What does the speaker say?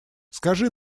скажи